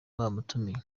bamutumiye